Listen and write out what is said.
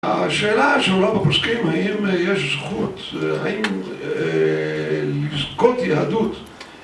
השאלה שעולה בפוסקים, האם יש לזכות יהדות